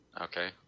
okay